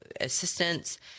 assistance